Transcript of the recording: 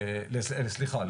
סליחה,